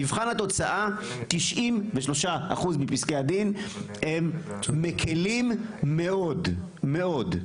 מבחן התוצאה 93 אחוז מפסקי הדין הם מקלים מאוד מאוד.